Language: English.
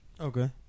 Okay